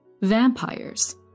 vampires